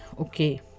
okay